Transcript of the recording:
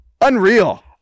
Unreal